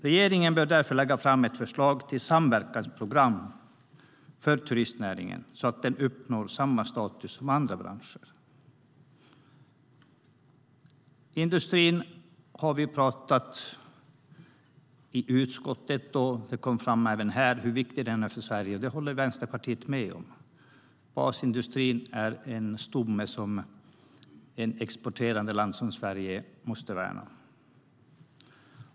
Regeringen bör därför lägga fram ett förslag till samverkansprogram för turistnäringen, så att den uppnår samma status som andra branscher. Vi har pratat om industrin i utskottet, och det har även kommit fram här hur viktig den är för Sverige. Det håller Vänsterpartiet med om. Basindustrin är en stomme som ett exporterande land som Sverige måste värna.